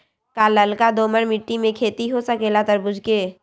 का लालका दोमर मिट्टी में खेती हो सकेला तरबूज के?